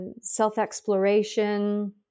self-exploration